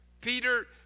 Peter